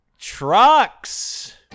Trucks